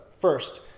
first